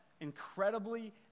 incredibly